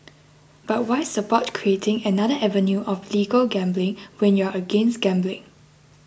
but why support creating another avenue of legal gambling when you're against gambling